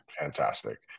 fantastic